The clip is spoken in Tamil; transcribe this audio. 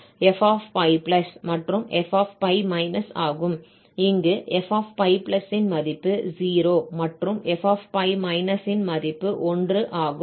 இங்கு fπ ன் மதிப்பு 0 மற்றும் fπ ன் மதிப்பு 1 ஆகும்